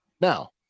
Now